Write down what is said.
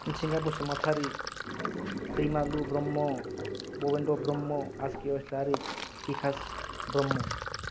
मिथिंगा बसुमतारि दैमालु ब्रह्म गबिन्द ब्रह्म आशकिउ इसलारि बिकाश ब्रह्म